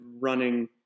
running